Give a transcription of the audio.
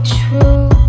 true